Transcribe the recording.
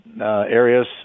areas